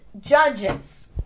judges